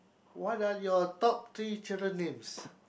what are your top three children names